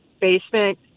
basement